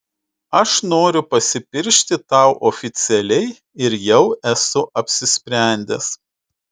aš noriu pasipiršti tau oficialiai ir jau esu apsisprendęs